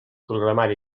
programari